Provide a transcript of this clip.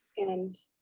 and,